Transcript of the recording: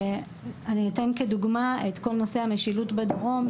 אני אתן כדוגמה את כל נושא המשילות בדרום,